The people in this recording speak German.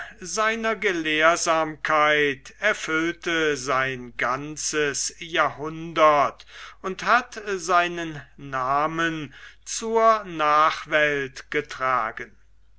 seiner gelehrsamkeit erfüllte sein ganzes jahrhundert und hat seinen namen zur nachwelt getragen